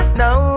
now